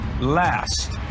last